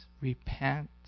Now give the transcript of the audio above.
repent